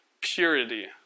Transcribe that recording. purity